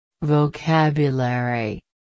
Vocabulary